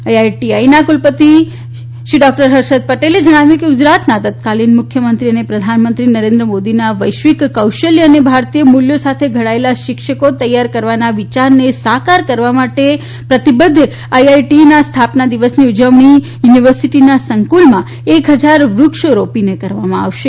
આઇઆઇટીઇના કુલપતિ શ્રી ડોકટર હર્ષદ પટેલે જણાવ્યું છે કે ગુજરાતના તત્કાલિન મુખ્યમંત્રી અને પ્રધાનમંત્રી શ્રી નરેન્દ્ર મોદીના વૈશ્વિક કૌશલ્યો અને ભારતીય મુલ્યો સાથે ઘડાયેલા શિક્ષકો તૈયાર કરવાના વિયારને સાકાર કરવા માટે પ્રતિબધ્ધ આઇઆઇટીઇના સ્થાપના દિવસની ઉજવણી યુનીવર્સીટીના સંકુલમાં એક હજાર વૂક્ષાો રોપીને કરવામાં આવશે